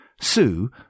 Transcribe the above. Sue